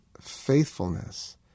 faithfulness